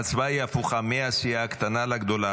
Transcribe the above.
ההצבעה היא הפוכה, מהסיעה הקטנה לגדולה.